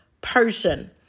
person